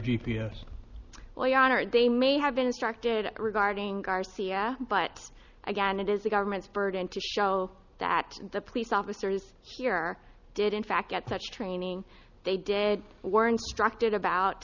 honor they may have been instructed regarding garcia but again it is the government's burden to show that the police officers here did in fact get such training they did were instructed